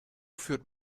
führt